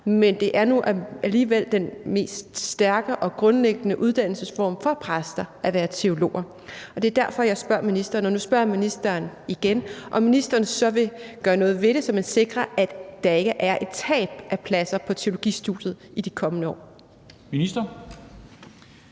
Men det er nu alligevel den mest stærke og grundlæggende uddannelsesform for præster, teologiuddannelsen, og det er derfor jeg spørger ministeren. Og nu spørger jeg ministeren igen, om ministeren så vil gøre noget ved det, så man sikrer, at der ikke er et tab af pladser på teologistudiet i de kommende år. Kl.